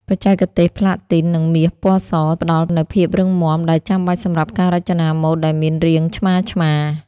បច្ចេកទេសប្លាទីន និងមាសពណ៌ស ផ្ដល់នូវភាពរឹងមាំដែលចាំបាច់សម្រាប់ការរចនាម៉ូដដែលមានរាងឆ្មារៗ។